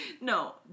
No